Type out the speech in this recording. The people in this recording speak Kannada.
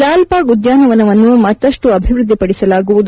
ಲಾಲ್ ಬಾಗ್ ಉದ್ಯಾನವನವನ್ನು ಮತ್ತಷ್ಟು ಅಭಿವೃದ್ದಿಪಡಿಸಲಾಗುವುದು